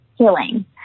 healing